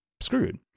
screwed